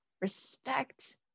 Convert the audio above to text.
respect